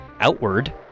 outward